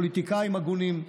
פוליטיקאים הגונים.